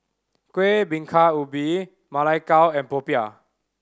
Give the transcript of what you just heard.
Kueh Bingka Ubi Ma Lai Gao and popiah